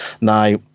now